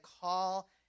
call